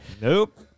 Nope